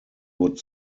would